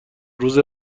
روز